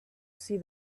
see